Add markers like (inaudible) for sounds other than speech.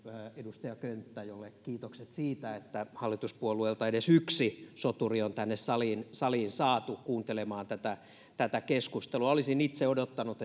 edustaja könttä jolle kiitokset siitä että hallituspuolueelta edes yksi soturi on tänne saliin saliin saatu kuuntelemaan tätä tätä keskustelua olisin itse odottanut (unintelligible)